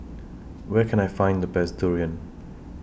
Where Can I Find The Best Durian